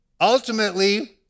Ultimately